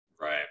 Right